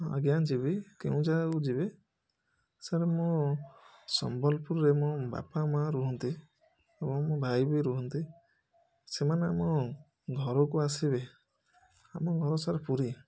ଆଜ୍ଞା ଯିବି କେଉଁ ଜାଗାକୁ ଯିବେ ସାର୍ ମୁଁ ସମ୍ବଲପୁରରେ ମୋ ବାପା ମା' ରୁହନ୍ତି ଏବଂ ମୋ ଭାଇ ବି ରୁହନ୍ତି ସେମାନେ ଆମ ଘରକୁ ଆସିବେ ଆମ ଘର ସାର୍ ପୁରୀ